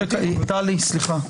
טלי, סליחה.